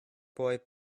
boy